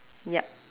yup